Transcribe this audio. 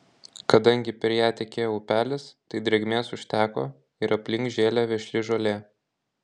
kadangi per ją tekėjo upelis tai drėgmės užteko ir aplink žėlė vešli žolė